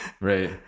right